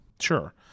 Sure